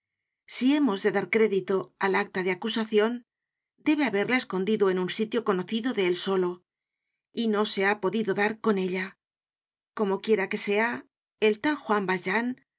si hemos de dar crédito al acta de acusacion debe haberla escondido en un sitio conocido de él solo y no se ha podido dar con ella como quiera que sea el tal juan valjean